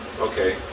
Okay